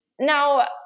Now